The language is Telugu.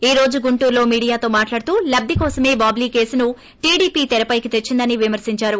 ఈ రోజు గుంటూరులో మీడియాతో మాట్లాడుతూ లబ్లి కోసమే బాబ్లీ కేసును టీడీపీ తెరపైకి తెచ్చిందని విమర్శిందారు